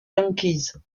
yankees